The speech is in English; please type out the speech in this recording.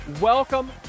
Welcome